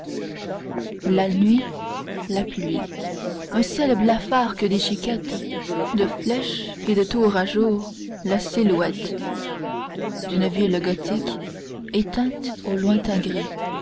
la nuit la pluie un ciel blafard que déchiquette de flèches et de tours à jour la silhouette d'une ville gothique éteinte au lointain gris